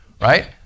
right